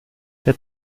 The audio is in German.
der